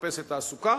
שמחפשת תעסוקה.